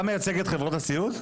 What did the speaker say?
אתה מייצג את חברות הסיעוד?